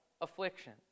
affliction